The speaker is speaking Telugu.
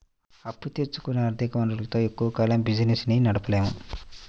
అప్పు తెచ్చుకున్న ఆర్ధిక వనరులతో ఎక్కువ కాలం బిజినెస్ ని నడపలేము